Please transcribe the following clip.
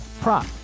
prop